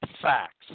facts